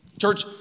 Church